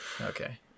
Okay